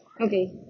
Okay